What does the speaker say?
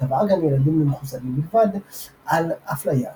תבעה גן ילדים למחוסנים בלבד על אפליה אסורה.